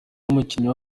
n’umukinnyi